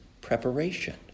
preparation